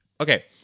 Okay